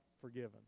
forgiven